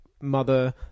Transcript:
mother